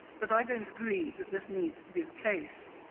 but i don't agree that this needs to be the case.